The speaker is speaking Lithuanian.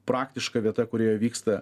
praktiška vieta kurioje vyksta